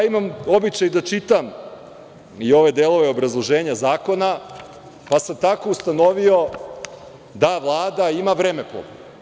Imam običaj da čitam i ove delove obrazloženja zakona, pa sam tako ustanovio da Vlada ima vremeplov.